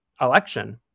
election